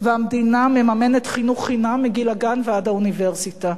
והמדינה מממנת חינוך חינם מגיל הגן ועד האוניברסיטה.